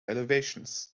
elevations